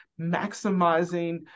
maximizing